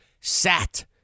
sat